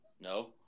No